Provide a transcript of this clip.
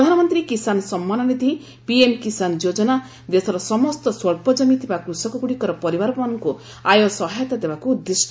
ପ୍ରଧାନମନ୍ତ୍ରୀ କିଶାନ ସମ୍ମାନନିଧି ପିଏମ୍ କିଶାନ ଯୋଜନା ଦେଶର ସମସ୍ତ ସ୍ୱଚ୍ଚ ଜମି ଥିବା କୃଷକଗୁଡ଼ିକର ପରିବାରମାନଙ୍କୁ ଆୟ ସହାୟତା ଦେବାକୁ ଉଦ୍ଦିଷ୍ଟ